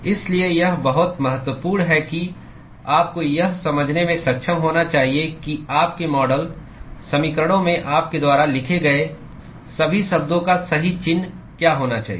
इसलिए यह बहुत महत्वपूर्ण है कि आपको यह समझने में सक्षम होना चाहिए कि आपके मॉडल समीकरणों में आपके द्वारा लिखे गए सभी शब्दों का सही चिह्न क्या होना चाहिए